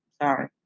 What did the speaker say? Sorry